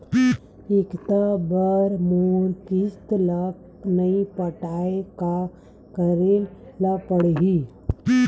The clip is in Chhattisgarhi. एकात बार मोर किस्त ला नई पटाय का करे ला पड़ही?